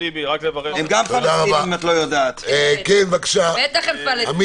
--- שני דברים שאני אשמח